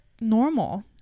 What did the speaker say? normal